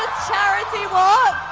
charity walk,